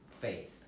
faith